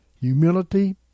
Humility